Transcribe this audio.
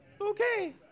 Okay